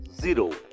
zero